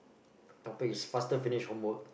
topic is faster finish homework